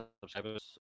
subscribers